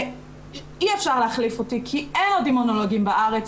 אי אפשר להחליף אותי כי אין עוד אימונולוגים בארץ.